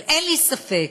אבל אין לי ספק